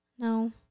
No